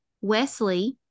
wesley